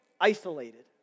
isolated